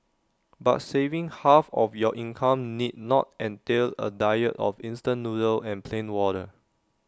but saving half of your income need not entail A diet of instant noodles and plain water